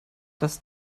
das